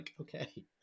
okay